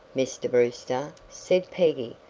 mr. brewster, said peggy,